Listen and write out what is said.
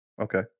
Okay